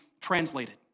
translated